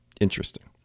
Interesting